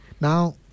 Now